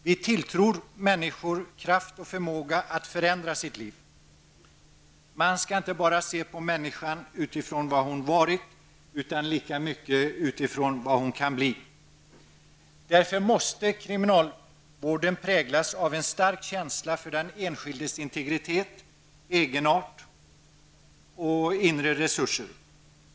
Vi tilltror människor kraft och förmåga att förändra sitt liv. Man skall inte bara se på människan utifrån vad hon varit utan lika mycket utifrån vad hon kan bli. Därför måste kriminalvården präglas av en stark känsla för den enskildes integritet, egenart och inre resurser.